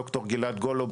ד"ר גלעד גולוב,